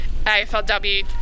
AFL-W